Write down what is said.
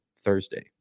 Thursday